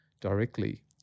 directly